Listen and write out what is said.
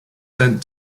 sent